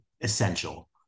essential